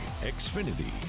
Xfinity